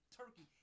turkey